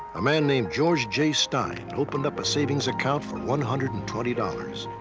a man named george j. stein opened up a savings account for one hundred and twenty dollars.